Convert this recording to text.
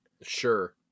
Sure